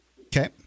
Okay